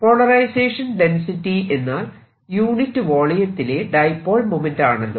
polarisation density എന്നാൽ unit വോളിയത്തിലെ dipole moment ആണല്ലോ